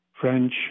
French